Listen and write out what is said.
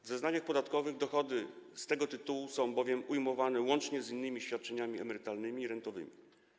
W zeznaniach podatkowych dochody z tego tytułu są bowiem ujmowane łącznie z innymi świadczeniami emerytalnymi i rentowymi.